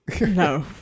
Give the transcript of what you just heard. No